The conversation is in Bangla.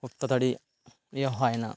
খুব তাড়াতাড়ি ইয়ে হয় না